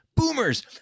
Boomers